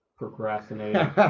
procrastinating